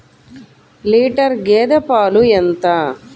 Litre గేదె పాలు ఎంత?